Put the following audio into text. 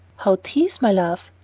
how tease, my love?